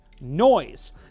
noise